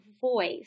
voice